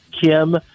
Kim